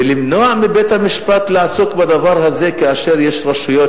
ולמנוע מבית-המשפט לעסוק בדבר הזה כאשר יש רשויות